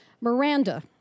Miranda